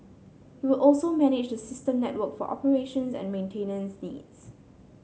it will also manage the system network for operations and maintenance needs